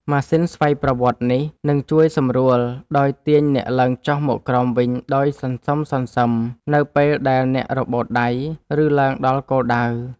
ម៉ាស៊ីនស្វ័យប្រវត្តិនេះ នឹងជួយសម្រួលដោយទាញអ្នកឡើងចុះមកក្រោមវិញដោយសន្សឹមៗ នៅពេលដែលអ្នករបូតដៃ ឬឡើងដល់គោលដៅ។